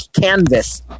canvas